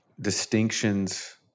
distinctions